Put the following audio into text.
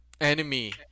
enemy